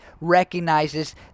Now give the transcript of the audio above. recognizes